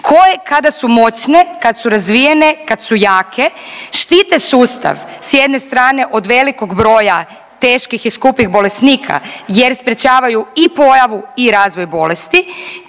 koje kad su moćne, kad su razvijene, kad su jake štite sustav s jedne strane od velikog broja teških i skupih bolesnika jer sprječavaju i pojavu i razvoj bolesti,